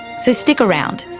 so stick around.